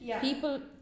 people